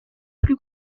plus